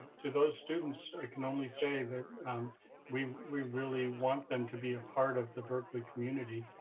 to those students, i can only say that we we really want them to be a part of the berkeley community.